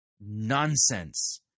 nonsense